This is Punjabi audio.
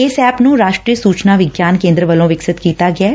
ਇਸ ਐਪ ਨੂੰ ਰਾਸਟਰੀ ਸੂਚਨਾ ਵਿਗਿਆਨ ਕੇਦਰ ਵੱਲੋ ਵਿਕਸਿਤ ਕੀਤਾ ਗਿਐ